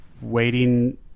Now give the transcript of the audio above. waiting